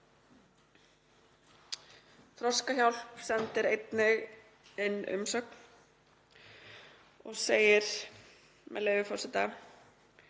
Þroskahjálp sendi einnig inn umsögn og segir þar, með leyfi forseta: